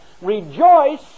rejoice